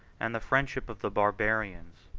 and the friendship of the barbarians.